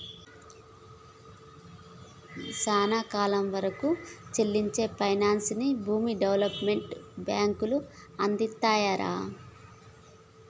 సానా కాలం వరకూ సెల్లించే పైనాన్సుని భూమి డెవలప్మెంట్ బాంకులు అందిత్తాయిరా